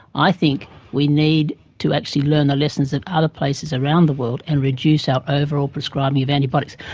i think we need to actually learn the lessons of other places around the world and reduce our overall prescribing of antibiotics.